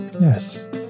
Yes